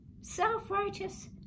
self-righteous